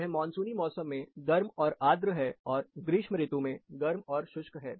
यह मानसूनी मौसम में गर्म और आर्द्र है और ग्रीष्म ऋतु में गर्म और शुष्क है